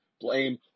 blame